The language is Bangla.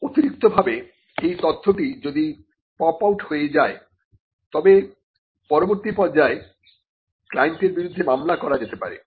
অতিরিক্ত ভাবে লি এই তথ্যটি যদি পপ আউট হয়ে যায় তবে পরবর্তী পর্যায়ে ক্লায়েন্টের বিরুদ্ধে মামলা করা যেতে পারে